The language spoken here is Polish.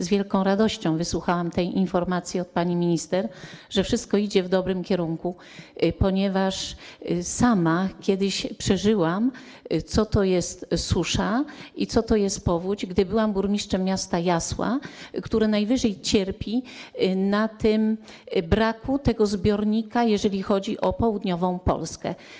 Z wielką radością wysłuchałam tej informacji pani minister, że wszystko idzie w dobrym kierunku, ponieważ sama kiedyś to przeżyłam, wiem, co to jest susza i co to jest powódź, gdy byłam burmistrzem miasta Jasła, które najbardziej cierpi na braku tego zbiornika, jeżeli chodzi o południową Polskę.